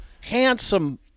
handsome